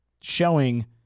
showing